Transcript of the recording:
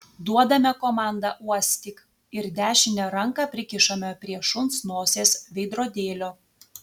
duodame komandą uostyk ir dešinę ranką prikišame prie šuns nosies veidrodėlio